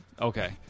Okay